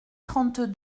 trente